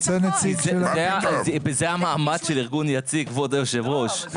זה המעמד של ארגון יציג כבוד היושב ראש.